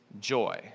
joy